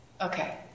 Okay